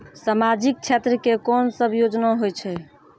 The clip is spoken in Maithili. समाजिक क्षेत्र के कोन सब योजना होय छै?